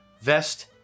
vest